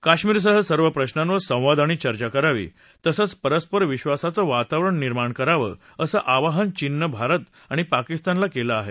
कश्मीरसह सर्व प्रश्नावर संवाद आणि चर्चा करावी तसंच परस्पर विधासाचं वातावरण निर्माण करावं असं आवाहन चीननं भारत आणि पाकिस्तानला केलं आहे